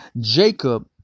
Jacob